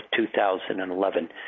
2011